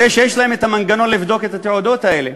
הרי יש להם מנגנון לבדוק את התעודות האלה,